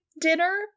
dinner